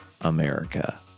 America